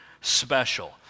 special